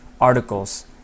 articles